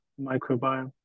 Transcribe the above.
microbiome